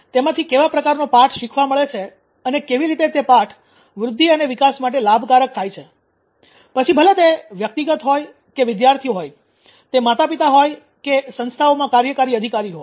તેમાંથી કેવા પ્રકારનો પાઠ શીખવા મળે છે અને કેવી રીતે તે પાઠ વૃદ્ધિ અને વિકાસ માટે લાભકારક થાય છે પછી ભલે તે વ્યક્તિગત હોય કે વિદ્યાર્થીઓ હોય તે માતાપિતા હોય કે સંસ્થાઓમાં કાર્યકારી અધિકારીઓ હોય